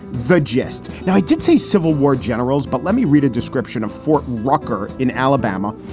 the gist? now, he did say civil war generals. but let me read a description of fort rucker in alabama.